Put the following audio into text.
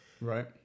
right